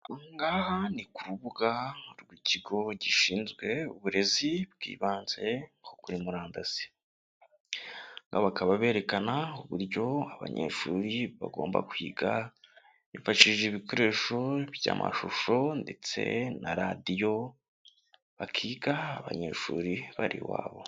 Aha ngaha ni ku rubuga rw'ikigo gishinzwe uburezi bw'ibanze bwo kuri murandasi. Aha ngaha bakaba berekana uburyo abanyeshuri bagomba kwiga bifashishije ibikoresho by'amashusho ndetse na radiyo, bakiga abanyeshuri bari iwabo.